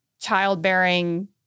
childbearing